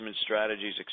strategies